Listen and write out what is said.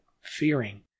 fearing